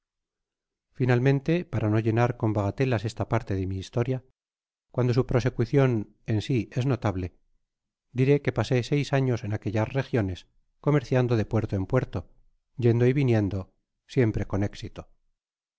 finalmente para no llenar con bagatelas esta parte de mi historia cuando su prosecucion en si es notable diré que pasé seis anos en aquellas regiones comerciando de puerto en puerto yendo y viniendo siempre con éxito